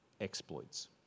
exploits